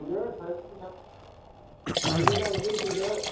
थुदो सानैजों थांसै सानैजों नायदिनि थुदो